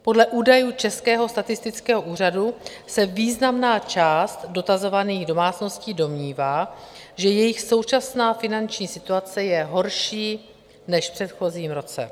Podle údajů Českého statistického úřadu se významná část dotazovaných domácností domnívá, že jejich současná finanční situace je horší než v předchozím roce.